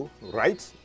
right